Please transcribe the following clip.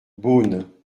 beaune